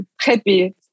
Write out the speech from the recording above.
happy